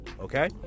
okay